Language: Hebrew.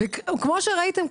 כמו שראיתם,